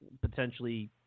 potentially